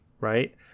right